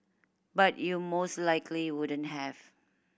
but you most likely wouldn't have